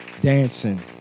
dancing